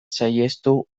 saihestu